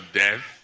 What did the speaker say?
death